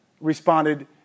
responded